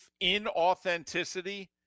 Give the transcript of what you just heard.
inauthenticity